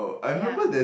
ya